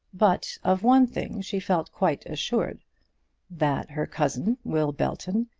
but of one thing she felt quite assured that her cousin, will belton,